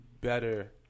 better